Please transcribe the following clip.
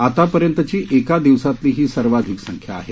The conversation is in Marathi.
आतापर्यंतची एका दिवसातली ही सर्वाधिक संख्या आहेत